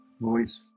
voice